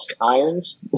irons